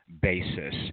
basis